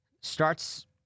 starts